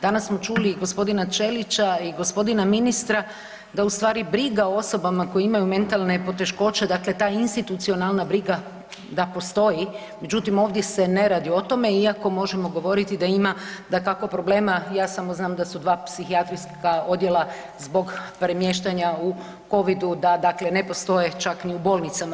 Danas smo čuli i g. Ćelića i g. ministra da u stvari briga o osobama koje imaju mentalne poteškoće, dakle ta institucionalna briga da postoji, međutim ovdje se ne radi o tome iako možemo govoriti da ima dakako problema, ja samo znam da su dva psihijatrijska odjela zbog premještanja u covidu da dakle ne postoje čak ni u bolnicama.